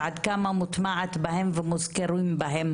ועד כמה מוטמעת בהם ומוזכרים בהם